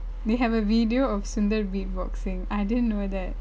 they have a video of sundar beatboxing I didn't know that